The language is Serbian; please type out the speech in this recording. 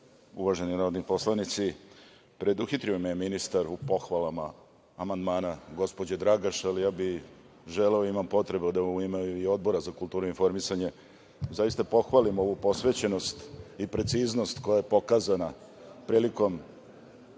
uvaženi narodni poslanici, preduhitrio me je ministar u pohvalama amandmana gospođe Dragaš, ali ja bih želeo i imam potrebu da i u ime Odbora za kulturu i informisanje zaista pohvalim ovu posvećenost i preciznost koja je pokazana prilikom